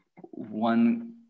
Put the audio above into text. one